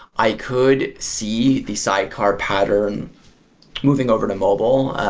i could see the sidecar pattern moving over to mobile.